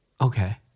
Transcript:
Okay